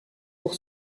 pour